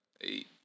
eight